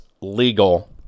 legal